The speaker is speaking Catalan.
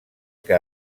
que